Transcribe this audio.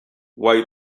why